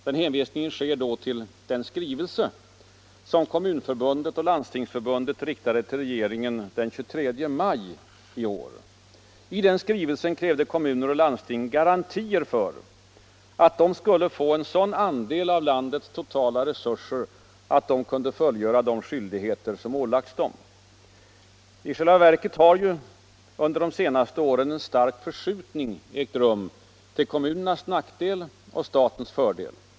Den hänvisningen gör jag då till den skrivelse som Kommunförbundet och Landstingsförbundet riktade till regeringen den 23 maj i år. Däri krävde kommuner och landsting garantier för att de skulle få en sådan andel av landets totala resurser att de kunde fullgöra de skyldigheter som ålagts dem. I själva verket har ju under de senaste åren en stark förskjutning ägt rum till kommunernas nackdel och statens fördel.